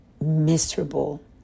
miserable